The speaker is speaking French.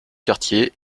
quartiers